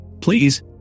Please